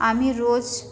আমি রোজ